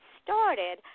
started